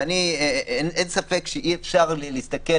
הוא מתייחס כאן בדוח